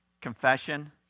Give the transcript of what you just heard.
confession